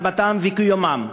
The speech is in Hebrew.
אדמתם וקיומם.